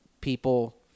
people